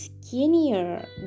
skinnier